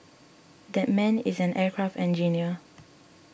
that man is an aircraft engineer